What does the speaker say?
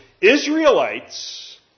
Israelites